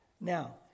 Now